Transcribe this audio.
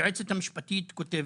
היועצת המשפטית כותבת,